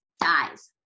dies